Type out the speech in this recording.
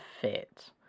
fit